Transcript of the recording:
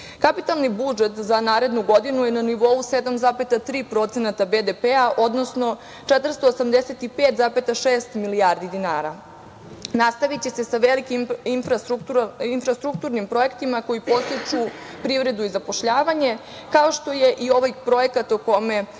Kapitalni budžet za narednu godinu je 7,3% BDP, odnosno 485,6 milijardi dinara. Nastaviće se sa velikim infrastrukturnim projektima koji podstiču privredu i zapošljavanje, kao što je i ovaj projekat o kome